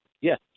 Yes